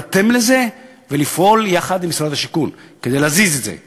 הוא צריך להירתם לזה ולפעול יחד עם משרד השיכון כדי להזיז את זה,